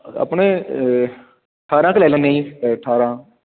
ਆਪਣੇ ਅਠਾਰਾਂ ਕੁ ਲੈ ਲੈਂਦੇ ਜੀ ਅਠਾਰਾਂ